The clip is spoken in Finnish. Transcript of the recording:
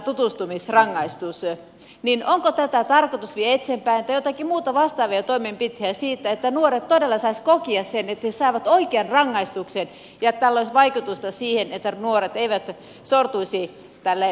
onko tätä tai joitakin muita vastaavia toimenpiteitä tarkoitus viedä eteenpäin niin että nuoret todella saisivat kokea sen että he saavat oikean rangaistuksen ja että tällä olisi vaikutusta siihen että nuoret eivät sortuisi rikosten teille